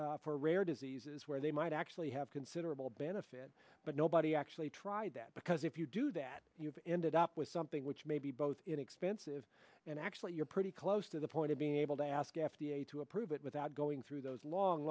uses for rare diseases where they might actually have considerable benefit but nobody actually tried that because if you do that you've ended up with something which may be both inexpensive and actually you're pretty close to the point of being able to ask f d a to approve it without going through those long